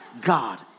God